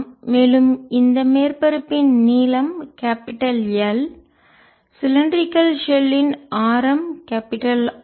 மேலும் இந்த மேற்பரப்பின் நீளம் கேபிடல் எல் சிலிண்டரிகள் ஷெல் ன் உருளை கலத்தின் ஆரம் கேபிடல் ஆர்